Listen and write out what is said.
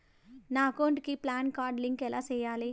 నా అకౌంట్ కి PAN card link ఎలా సేయాలి